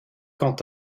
quant